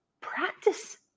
practice